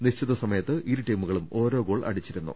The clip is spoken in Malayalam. നിശ്ചിത സമയത്ത് ഇരുടീമുകളും ഓരോ ഗോൾ അടിച്ചിരുന്നു